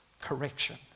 correction